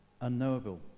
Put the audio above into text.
unknowable